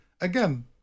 again